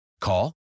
Call